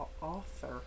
author